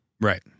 Right